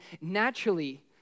naturally